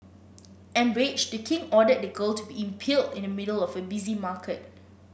enraged the king ordered the girl to be impaled in the middle of a busy market